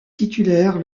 titulaire